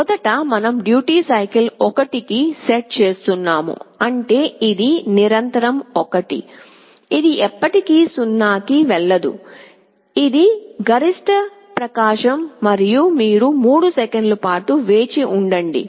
మొదట మనం duty cycle 1 కు సెట్ చేస్తున్నాము అంటే ఇది నిరంతరం 1 ఇది ఎప్పటికీ 0 కి వెళ్ళదు ఇది గరిష్ట ప్రకాశం మరియు మీరు 3 సెకన్ల పాటు వేచి ఉండండి